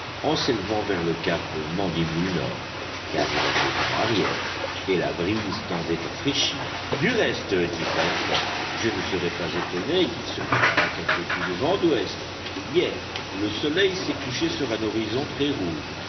en s'élevant vers le cap mandibule nord car il avait vent arrière et la brise tendait à fraîchir du reste dit pencroff je ne serais pas étonné qu'il se préparât quelque coup de vent d'ouest hier le soleil s'est couché sur un horizon très rouge